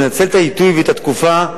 לנצל את העיתוי ואת התקופה,